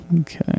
Okay